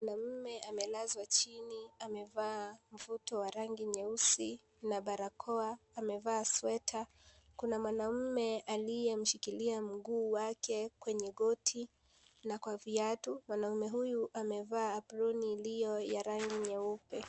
Mwanamme amelazwa chini amevaa mvuto wa rangi nyeusi na barakoa, amevaa sweta, kuna mwanamme aliye mshikilia mguu wake kwenye goti na kwa viatu, mwanamme huyu amevaa aproni iliyo ya rangi nyeupe.